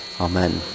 Amen